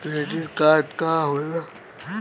Credit card का होला?